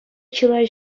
чылай